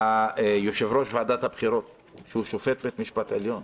ליושב-ראש ועדת הבחירות שהוא שופט בית משפט עליון,